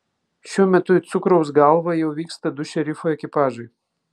šiuo metu į cukraus galvą jau vyksta du šerifo ekipažai